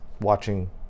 watching